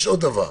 יש עוד דבר.